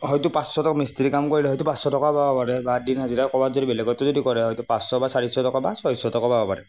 হয়তো পাঁচশ টকা মিস্ত্ৰী কাম কৰিলে হয়তো পাঁচশ টকা পাব পাৰে বা দিন হাজিৰা ক'ৰবাত যদি বেলেগত যদি কৰে হয়তো পাঁচশ বা চাৰিশ টকা বা ছয়শ টকা পাব পাৰে